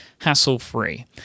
hassle-free